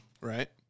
Right